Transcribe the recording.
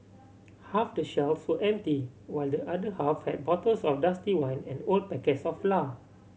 half the shelves were empty while the other half had bottles of dusty wine and old packets of flour